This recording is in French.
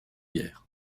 guerre